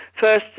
first